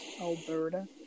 Alberta